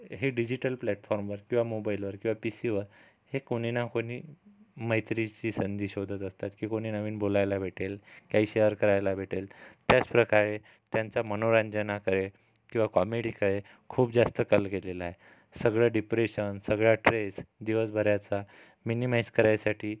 हे डिजिटल प्लॅटफॉर्मवर किंवा मोबाइलवर किंवा पी सीवर हे कोणीना कोणी मैत्रीची संधी शोधत असतात की कोणी नवीन बोलायला भेटेल काही शेअर करायला भेटेल त्याचप्रकारे त्याचं मनोरंजन करेल किंवा कॉमेडी करेल खूप जास्त कल गेलेला आहे सगळं डिप्रेशन सगळा ट्रेस दिवसभराचा मिनिमाइज करायसाठी